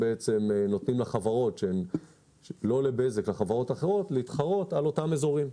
נותנים לחברות האחרות לא בזק להתחרות על אותם אזורים.